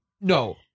No